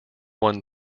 won